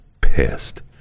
pissed